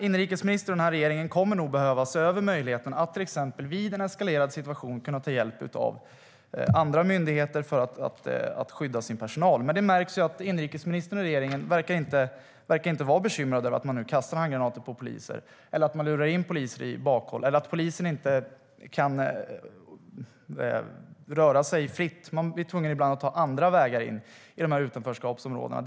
Inrikesministern och regeringen kommer nog att behöva se över möjligheten för polisen att ta hjälp av andra myndigheter för att skydda sin personal vid till exempel en eskalerad situation. Men inrikesministern och regeringen verkar inte vara bekymrade över att det nu kastas handgranater på poliser, att poliser luras in i bakhåll eller att polisen inte kan röra sig fritt. De blir ibland tvungna att ta andra vägar in i utanförskapsområdena.